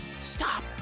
stop